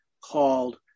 called